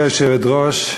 גברתי היושבת-ראש,